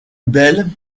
belle